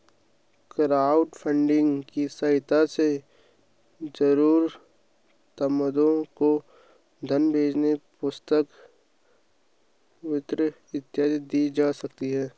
crowdfunding की सहायता से जरूरतमंदों को धन भोजन पुस्तक वस्त्र इत्यादि दी जा सकती है